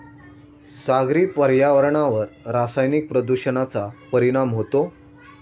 सागरी पर्यावरणावर रासायनिक प्रदूषणाचा परिणाम होतो